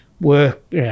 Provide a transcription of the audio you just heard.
work